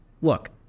look